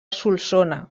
solsona